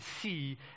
see